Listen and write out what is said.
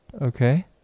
Okay